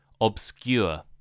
Obscure